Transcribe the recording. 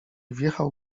wjechał